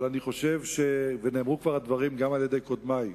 הדברים נאמרו גם על-ידי קודמי,